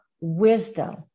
wisdom